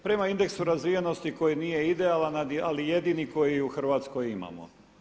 Prema indeksu razvijenosti koji nije idealan, ali jedini koji u Hrvatskoj imamo.